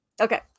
Okay